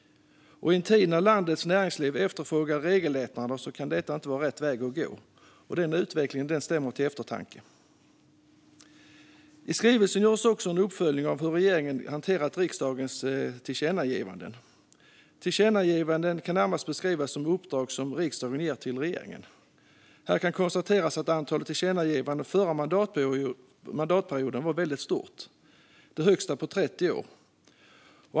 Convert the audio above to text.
I en tid då landets näringsliv efterfrågar regellättnader kan detta inte vara rätt väg att gå. Utvecklingen stämmer till eftertanke. I skrivelsen görs också en uppföljning av hur regeringen har hanterat riksdagens tillkännagivanden. Tillkännagivanden kan närmast beskrivas som uppdrag som riksdagen har gett till regeringen. Här kan konstateras att antalet tillkännagivanden under den förra mandatperioden var väldigt stort - det största på 30 år.